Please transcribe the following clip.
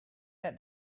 that